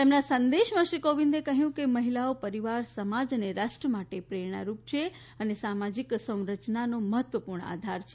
તેમના સંદેશમાં શ્રી કોવિંદે કહ્યું કે મહિલાઓ પરિવાર સમાજ અને રાષ્ટ્ર માટે પ્રેરણા છે અને સામાજીક સંરચનાનો મહત્વપૂર્ણ આધાર છે